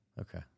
Okay